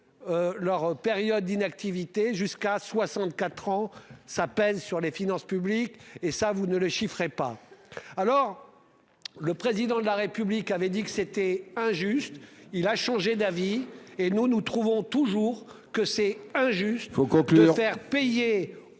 Leur période d'inactivité, jusqu'à 64 ans, ça pèse sur les finances publiques. Et ça vous ne le chiffre est pas alors. Le président de la République avait dit que c'était injuste, il a changé d'avis et nous nous trouvons toujours que c'est injuste, il faut